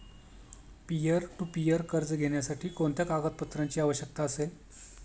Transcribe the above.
Peer to peer कर्ज घेण्यासाठी कोणत्या कागदपत्रांची आवश्यकता असेल?